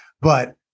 But-